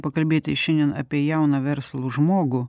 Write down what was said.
pakalbėti šiandien apie jauną verslų žmogų